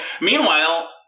meanwhile